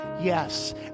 Yes